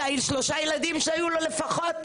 זה שלושה ילדים שהיו לו לפחות.